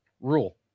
Rule